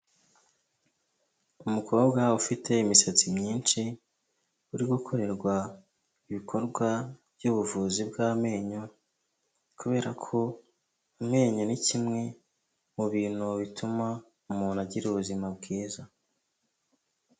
Umukobwa ufite imisatsi myinshi, uri gukorerwa ibikorwa by'ubuvuzi bw'amenyo, kubera ko amenyo ni kimwe mu bintu bituma umuntu agira ubuzima bwiza.